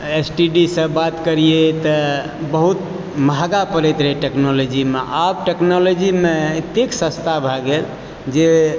S T D सऽ बात करियै तऽ बहुत महंगा पड़ैत रहै टेक्नोलॉजी मे आब टेक्नोलॉजी मे अत्तेक सस्ता भऽ गेल जे